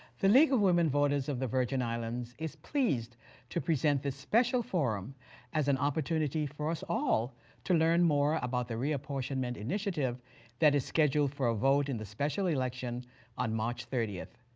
the league of women voters of the virgin islands is pleased to present the special forum as an opportunity for us all to learn more about the reapportionment initiative that is scheduled for a vote in the special election on march thirtieth.